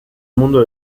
mundo